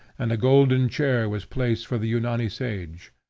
and a golden chair was placed for the yunani sage.